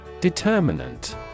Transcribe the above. Determinant